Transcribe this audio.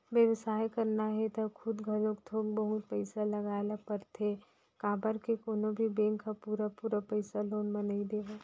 बेवसाय करना हे त खुद घलोक थोक बहुत पइसा लगाए ल परथे काबर के कोनो भी बेंक ह पुरा पुरा पइसा लोन म नइ देवय